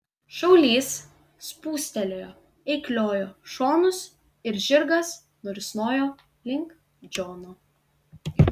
šaulys spūstelėjo eikliojo šonus ir žirgas nurisnojo link džono